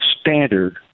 standard